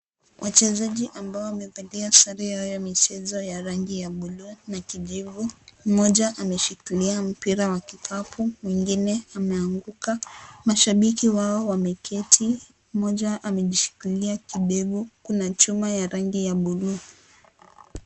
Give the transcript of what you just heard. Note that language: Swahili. Wachezaji ambao wamevalia sare yao ya michezo ya rangi ya bluu na kijivu, mmoja ameshikilia mpira wa kikapu mwingine anaanguka mashabiki wao wanaketi, mmoja amejishikilia kindevu kuna chuma ya rangi ya buluu.